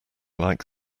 like